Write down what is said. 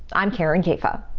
i'm karin caifa.